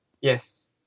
Yes